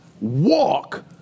walk